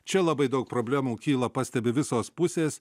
čia labai daug problemų kyla pastebi visos pusės